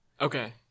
Okay